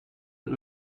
het